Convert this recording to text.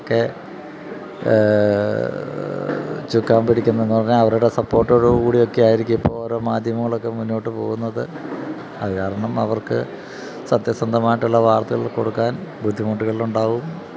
ഒക്കെ ചുക്കാൻ പിടിക്കുന്ന എന്നുപറഞ്ഞാല് അവരുടെ സപ്പോർട്ടോടുകൂടിയൊക്കെയായിരിക്കും ഇപ്പോള് ഓരോ മാധ്യമങ്ങളുമൊക്കെ മുന്നോട്ടുപോകുന്നത് അത് കാരണം അവർക്ക് സത്യസന്ധമായിട്ടുള്ള വാർത്തകൾ കൊടുക്കാൻ ബുദ്ധിമുട്ടുകളുണ്ടാകും